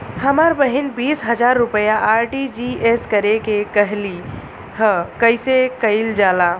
हमर बहिन बीस हजार रुपया आर.टी.जी.एस करे के कहली ह कईसे कईल जाला?